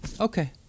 Okay